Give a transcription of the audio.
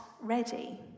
ready